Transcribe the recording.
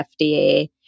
FDA